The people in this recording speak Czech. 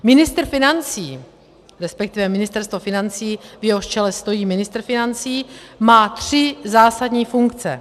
Ministr financí, resp. Ministerstvo financí, v jehož čele stojí ministr financí, má tři zásadní funkce.